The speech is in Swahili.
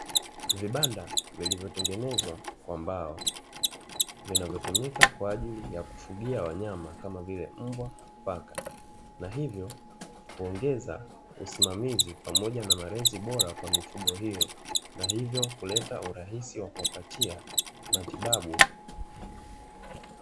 Vibanda vilivyotengenezwa kwa mbao vinavyotumika kwa ajili ya kufugia wanyama kama vile mbwa na paka. Na hivyo kuongeza usimamizi pamoja na malezi bora kwa mifugo hiyo, na hivyo kuleta urahisi wa kuwapatia matibabu.